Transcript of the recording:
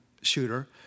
shooter